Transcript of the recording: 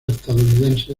estadounidense